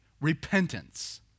repentance